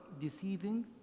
deceiving